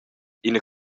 ina